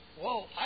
whoa